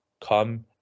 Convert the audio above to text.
come